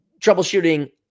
troubleshooting